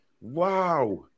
Wow